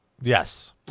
Yes